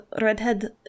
redhead